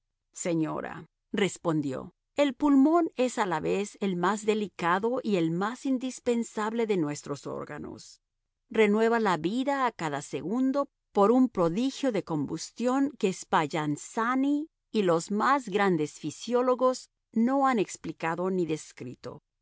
hombros señora respondió el pulmón es a la vez el más delicado y el más indispensable de nuestros órganos renueva la vida a cada segundo por un prodigio de combustión que spallanzani y los más grandes fisiólogos no han explicado ni descrito